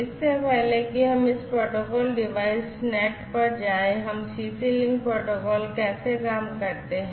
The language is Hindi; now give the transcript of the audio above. इससे पहले कि हम इस प्रोटोकॉल डिवाइस नेट पर जाएं हम सीसी लिंक प्रोटोकॉल कैसे काम करते हैं